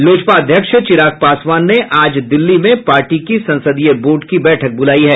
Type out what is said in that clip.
लोजपा अध्यक्ष चिराग पासवान ने आज दिल्ली में पार्टी की संसदीय बोर्ड की बैठक बुलायी है